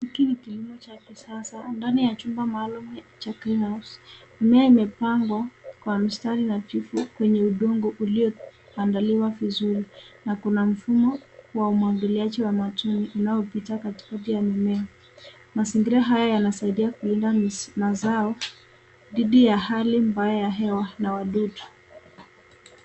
Hiki ni kilimo cha kisasa ndani ya chumba maalum cha green house mimea imepangwa kwa mstari nadhifu kwenye udongo ulioandaliwa vizuri na kuna mfumo wa umwagiliaji wa matone unaopita katikati ya mimea, mazingira haya yanasaidia kulinda mazao dhidi ya hali mbaya ya hewa na wadudu.